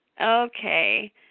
Okay